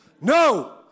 No